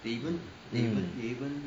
they even 你们 haven